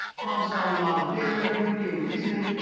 problem solving modeling data, communicating reasoning.